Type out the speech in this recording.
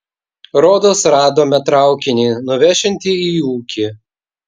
rodos radome traukinį nuvešiantį į ūkį